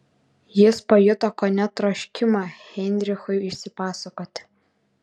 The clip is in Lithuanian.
jis pajuto kone troškimą heinrichui išsipasakoti